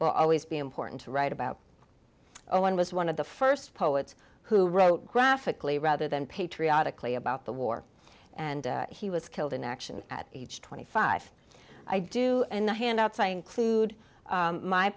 will always be important to write about oh it was one of the first poets who wrote graphically rather than patriotically about the war and he was killed in action at age twenty five i do and the handouts i include